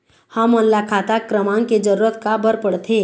हमन ला खाता क्रमांक के जरूरत का बर पड़थे?